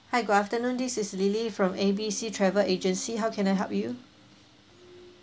hi good afternoon this is lily from A B C travel agency how can I help you